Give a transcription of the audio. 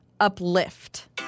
Uplift